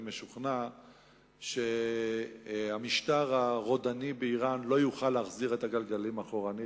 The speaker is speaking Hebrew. אני משוכנע שהמשטר הרודני באירן לא יוכל להחזיר את הגלגלים אחורנית,